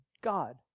God